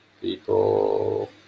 people